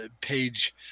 Page